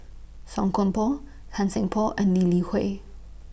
Song Koon Poh Tan Seng Poh and Lee Li Hui